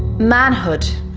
manhood,